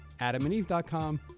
AdamandEve.com